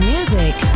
Music